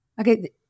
Okay